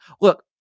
look